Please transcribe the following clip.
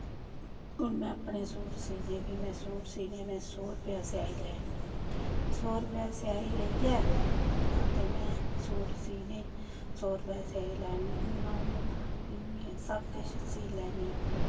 हून में अपने सूट सीह्ने भी में सूट सीह्ने में सौ रपेआ सेआई लैनी सौ रपेआ सेआई लेइयै ते में सूट सीह्ने सौ रपेआ सेआई लैनी हून अ'ऊं सब किश सीऽ लैन्नी